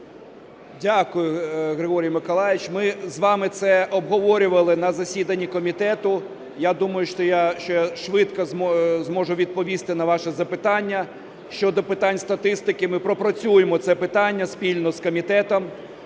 Дякую, Григорій Миколайович. Ми з вами це обговорювали на засіданні комітету. Я думаю, що я швидко зможу відповісти на ваше запитання щодо питань статистики. Ми пропрацюємо це питання спільно з комітетом.